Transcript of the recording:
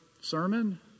sermon